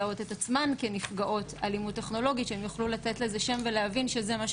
אם באלימות כלכלית דיברנו על זה שנשים יבינו שזה לא רק בן זוג חסכן,